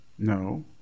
No